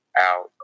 out